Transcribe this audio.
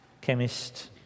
chemist